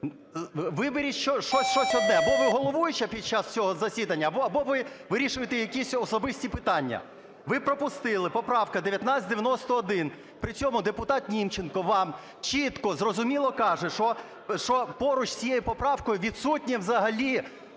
Виберіть щось одне: або ви головуюча під час цього засідання, або ви вирішуйте якісь особисті питання. Ви пропустили, поправка 1991, при цьому депутат Німченко вам чітко, зрозуміло каже, що поруч з цією поправкою відсутня взагалі